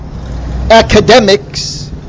academics